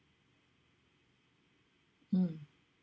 mm